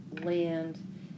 land